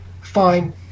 Fine